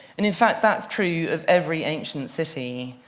and in fact, that's true of every ancient city.